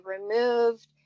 removed